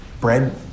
bread